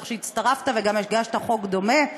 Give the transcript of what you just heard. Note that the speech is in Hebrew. איך שהצטרפת וגם הגשת חוק דומה.